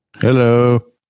Hello